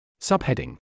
Subheading